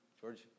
George